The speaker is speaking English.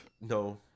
No